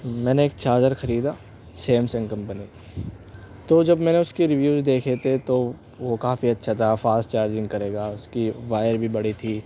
میں نے ایک چارجر خریدا سیمسنگ کمپنی کا تو جب میں نے اس کے ریویوز دیکھے تھے تو وہ کافی اچھا تھا فاسٹ چارجنگ کرے گا اس کی وائر بھی بڑی تھی